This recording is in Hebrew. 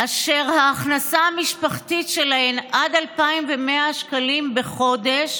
אשר ההכנסה המשפחתית שלהן עד 2,100 שקלים בחודש